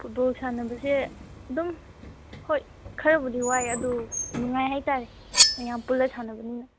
football ꯁꯥꯟꯅꯕꯁꯦ ꯑꯗꯨꯝ ꯍꯣꯏ ꯈꯔꯕꯨꯗꯤ ꯋꯥꯏ ꯑꯗꯨ ꯅꯨꯡꯉꯥꯏ ꯍꯥꯏꯇꯥꯔꯦ ꯃꯌꯥꯝ ꯄꯨꯜꯂꯒ ꯁꯥꯟꯅꯕꯅꯤꯅ